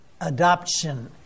adoption